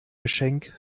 geschenk